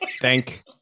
Thank